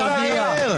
תרגיע.